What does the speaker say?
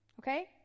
Okay